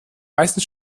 meisten